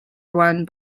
run